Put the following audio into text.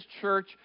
church